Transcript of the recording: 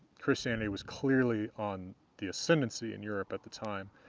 christianity was clearly on the ascendancy in europe at the time,